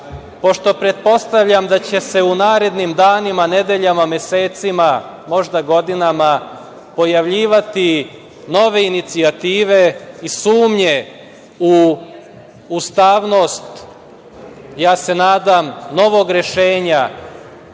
pošto pretpostavljam da će se u narednim danima, nedeljama, mesecima, možda godinama pojavljivati nove inicijative i sumnje u ustavnost, ja se nadam novog rešenja